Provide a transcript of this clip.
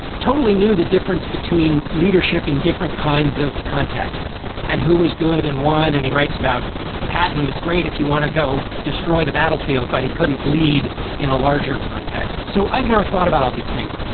totally knew the difference between leadership in different kinds of contexts and who was good in one and he writes about peyton was great if you want to go destroy the battlefield. but he couldn't lead in a larger context. so i never thought about all these things.